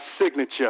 signature